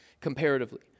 comparatively